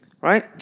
Right